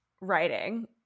writing